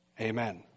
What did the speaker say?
Amen